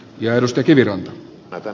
janos teki viron kautta